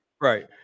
right